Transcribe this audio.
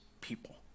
people